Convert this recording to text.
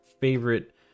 favorite